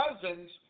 Cousins